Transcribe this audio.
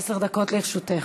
בבקשה, עשר דקות לרשותך.